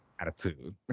attitude